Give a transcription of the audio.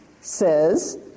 says